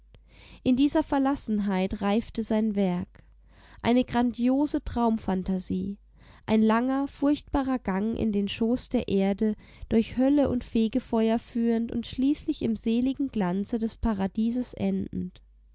in dieser verlassenheit reifte sein werk eine grandiose traumphantasie ein langer furchtbarer gang in den schoß der erde durch hölle und fegefeuer führend und schließlich im seligen glanze des paradieses endend